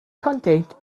contained